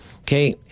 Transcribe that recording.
Okay